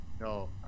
No